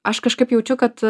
aš kažkaip jaučiu kad